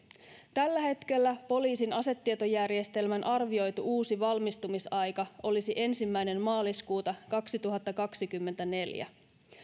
tällä hetkellä poliisin asetietojärjestelmän arvioitu uusi valmistumisaika olisi ensimmäinen maaliskuuta kaksituhattakaksikymmentäneljä